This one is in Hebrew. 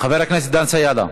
חבר הכנסת דן סידה,